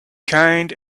kind